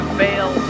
fail